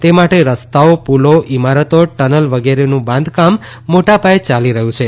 તે માટે રસ્તાઓ પુલો ઇમારતો ટનલ વગેરેનું બાંધકામ મોટા પાયે ચાલી રહયું છે